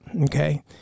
Okay